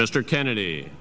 mr kennedy